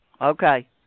Okay